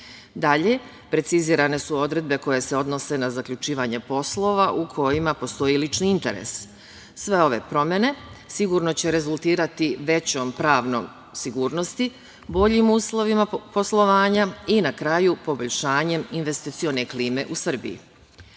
precizirane su odredbe koje se odnose na zaključivanje poslova u kojima postoji lični interes. Sve ove promene sigurno će rezultirati većom pravnom sigurnosti, boljim uslovima poslovanja i, na kraju, poboljšanjem investicione klime u Srbiji. Pored